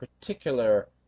particular